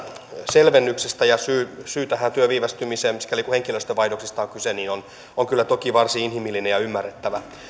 selvennyksestä ja syy tähän työn viivästymiseen sikäli kuin henkilöstövaihdoksista on kyse on toki varsin inhimillinen ja ymmärrettävä